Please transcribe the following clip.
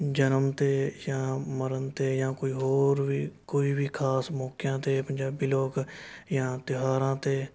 ਜਨਮ 'ਤੇ ਜਾਂ ਮਰਨ 'ਤੇ ਜਾਂ ਕੋਈ ਹੋਰ ਵੀ ਕੋਈ ਵੀ ਖਾਸ ਮੌਕਿਆਂ 'ਤੇ ਪੰਜਾਬੀ ਲੋਕ ਜਾਂ ਤਿਉਹਾਰਾਂ 'ਤੇ